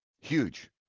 huge